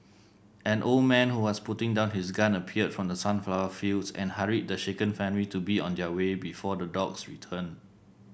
an old man who was putting down his gun appeared from the sunflower fields and hurried the shaken family to be on their way before the dogs return